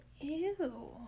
ew